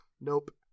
Nope